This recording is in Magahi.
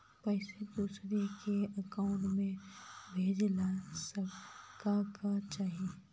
पैसा दूसरा के अकाउंट में भेजे ला का का चाही?